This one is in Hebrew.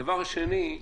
הדבר השני,